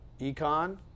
econ